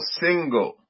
single